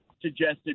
suggested